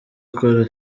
ukora